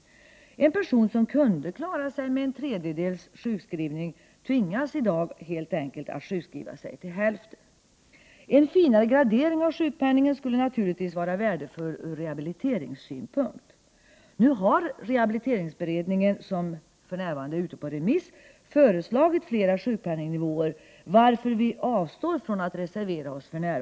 En person som kunde klara sig med en tredjedels sjukskrivning tvingas i dag helt enkelt att sjukskriva sig till hälften. En finare gradering av sjukpenningen skulle naturligtvis vara värdefull från rehabiliteringssynpunkt. Nu har rehabiliteringsberedningen — som för närvarande är på remiss — föreslagit fler sjukpenningnivåer, varför vi nu avstår från att reservera oss.